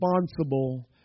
responsible